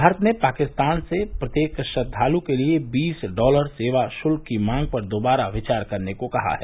भारत ने पाकिस्तान से प्रत्येक श्रद्वालु के लिए बीस डॉलर सेवा शुल्क की मांग पर दोबारा विचार करने को कहा है